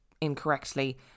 incorrectly